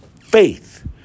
faith